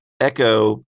Echo